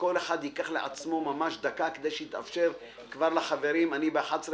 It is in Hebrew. שכל אחד ייקח לעצמו דקה כדי שיתאפשר לחברים האחרים להתייחס.